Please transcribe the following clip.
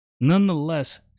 Nonetheless